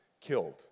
killed